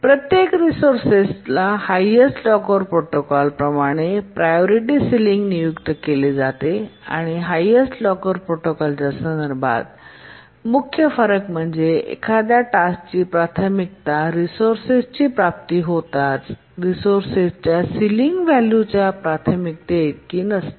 प्रत्येक रिसोर्सेस स highest locker protocol प्रमाणे प्रायोरिटी सिलींग नियुक्त केली जाते आणि हायेस्टलॉकर प्रोटोकॉलच्या संदर्भातील मुख्य फरक म्हणजे एखाद्या टास्क ची प्राथमिकता रिसोर्सेसची प्राप्ती होताच रिसोर्सेस च्या सिलिंग व्हॅल्यू च्या प्राथमिकतेइतकी नसते